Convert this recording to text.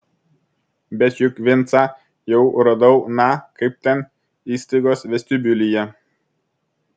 bet juk vincą jau radau na kaip ten įstaigos vestibiulyje